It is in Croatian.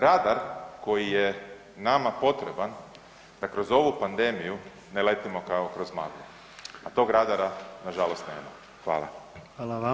Radar koji je nama potreban, da kroz ovu pandemiju ne letimo kao kroz maglu, a tog radara nažalost nema.